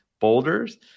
boulders